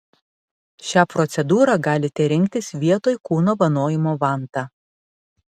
šią procedūrą galite rinktis vietoj kūno vanojimo vanta